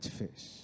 fish